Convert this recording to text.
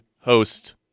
Host